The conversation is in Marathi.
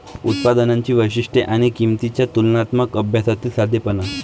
उत्पादनांची वैशिष्ट्ये आणि किंमतींच्या तुलनात्मक अभ्यासातील साधेपणा